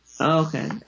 Okay